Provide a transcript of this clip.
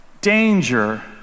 danger